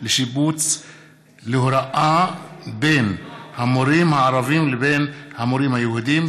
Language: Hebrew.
לשיבוץ להוראה בין המורים הערבים לבין המורים היהודים.